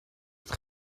het